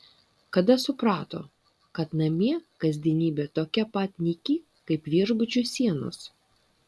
kada suprato kad namie kasdienybė tokia pat nyki kaip viešbučių sienos